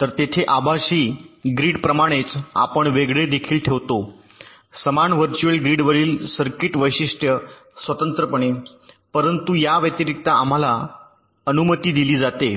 तर येथे आभासी ग्रिड प्रमाणेच आपण वेगळे देखील ठेवतो समान व्हर्च्युअल ग्रिडवरील सर्किट वैशिष्ट्ये स्वतंत्रपणे परंतु याव्यतिरिक्त आम्हाला अनुमती दिली जाते